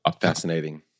Fascinating